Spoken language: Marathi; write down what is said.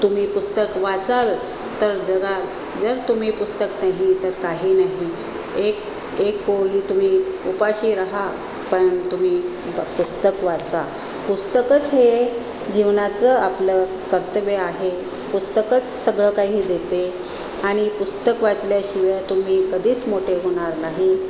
तुम्ही पुस्तक वाचाल तर जगाल जर तुम्ही पुस्तक नाही तर काही नाही एक एक पोळी तुम्ही उपाशी राहा पण तुमी बं पुस्तक वाचा पुस्तकंच हे जीवनाचं आपलं कर्तव्य आहे पुस्तकंच सगळं काही देते आणि पुस्तक वाचल्याशिवाय तुम्ही कधीच मोठे होणार नाही